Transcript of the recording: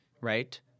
Right